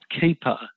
keeper